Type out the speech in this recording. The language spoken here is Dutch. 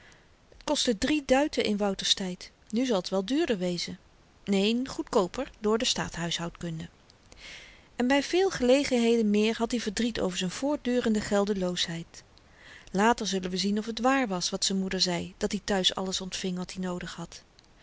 drie duiten in wouter's tyd nu zal t wel duurder wezen neen goedkooper door de staathuishoudkunde en by veel gelegenheden meer had i verdriet over z'n voortdurende geldeloosheid later zullen we zien of t waar was wat z'n moeder zei dat-i thuis alles ontving wat hy noodig had